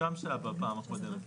לפי חוויית מטופל,